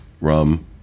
rum